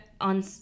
On